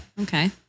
okay